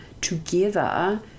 together